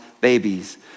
babies